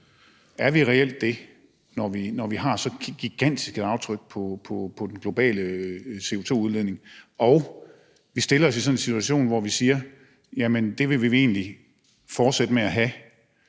er vi reelt det, når vi har så gigantisk et aftryk på den globale CO2-udledning og vi stiller os i sådan en situation, hvor vi man siger, at det vil vi egentlig fortsætte med at have?